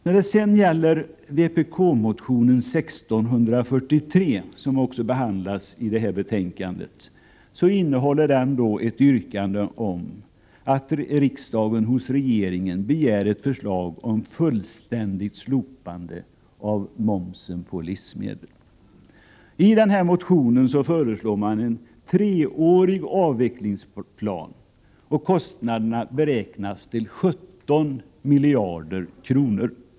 Vpk-motionen 1643, som också behandlas i detta betänkande, innehåller ett yrkande om att riksdagen hos regeringen begär ett förslag om fullständigt slopande av momsen på livsmedel. I den här motionen föreslår man en treårig avvecklingsplan, och kostnaderna beräknas till 17 miljarder kronor.